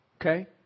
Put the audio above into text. Okay